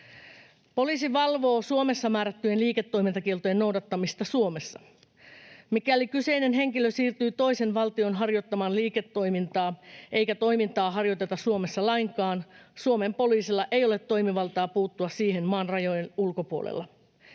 Poliisi valvoo Suomessa määrättyjen liiketoimintakieltojen noudattamista Suomessa. Mikäli kyseinen henkilö siirtyy toiseen valtioon harjoittamaan liiketoimintaa eikä toimintaa harjoiteta Suomessa lainkaan, Suomen poliisilla ei ole toimivaltaa puuttua siihen maan rajojen ulkopuolella.